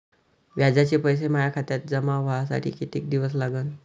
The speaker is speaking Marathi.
व्याजाचे पैसे माया खात्यात जमा व्हासाठी कितीक दिवस लागन?